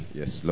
yes